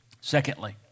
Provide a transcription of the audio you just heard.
Secondly